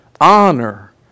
honor